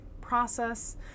Process